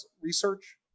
research